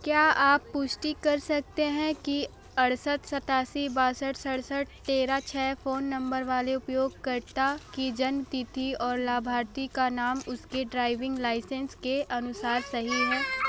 क्या आप पुष्टि कर सकते हैं कि अड़सठ सतासी बासठ सड़सठ तेरह छः फ़ोन नम्बर वाले उपयोगकर्ता की जन्म तिथि और लाभार्थी का नाम उसके ड्राइविंग लाइसेंस के अनुसार सही है